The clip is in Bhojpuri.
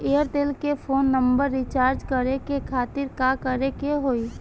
एयरटेल के फोन नंबर रीचार्ज करे के खातिर का करे के होई?